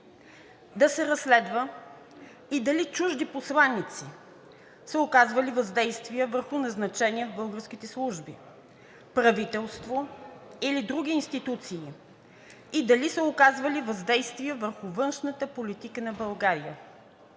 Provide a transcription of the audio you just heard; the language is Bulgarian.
Да се разследва и дали чужди посланици са оказвали въздействие върху назначения в българските служби, правителство или други институции и дали са оказвали въздействие върху външната политика на България?